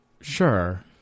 sure